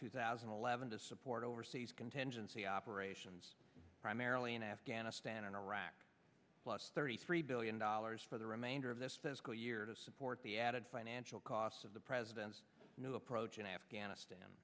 two thousand and eleven to support overseas contingency operations primarily in afghanistan and iraq plus thirty three billion dollars for the remainder of this fiscal year to support the added financial costs of the president's new approach in afghanistan